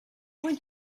going